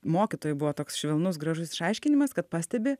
mokytojų buvo toks švelnus gražus išaiškinimas kad pastebi